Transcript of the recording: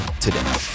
today